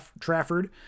Trafford